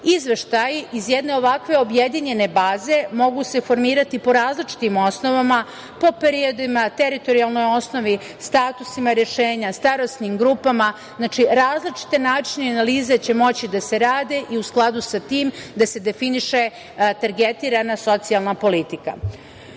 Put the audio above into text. iz jedne ovakve objedinjene baze mogu se formirati po različitim osnovama, po periodima, teritorijalnoj osnovi, statusima rešenja, starosnim grupama, znači, različite načine i analize će moći da se rade, i u skladu sa tim da se definiše targetira socijalna politika. Ono